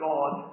God